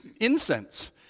incense